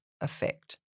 effect